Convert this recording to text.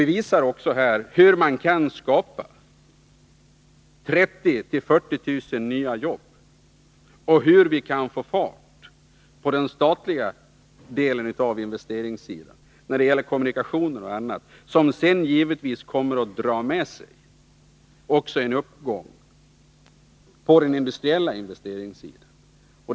Vi visar också hur man kan skapa 30 000-40 000 nya jobb och hur man kan få fart på den statliga delen av investeringssidan, när det gäller kommunikationer och annat, som sedan givetvis kommer att föra med sig en uppgång på den industriella investeringssidan.